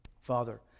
Father